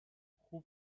خوب